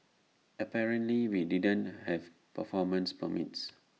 apparently we didn't have performance permits